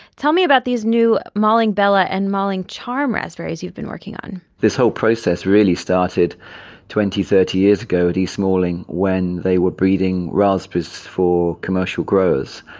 tell me about these new malling bella and malling charm raspberries you've been working on this whole process really started twenty, thirty years ago, at east malling when they were breeding raspberries for commercial growers,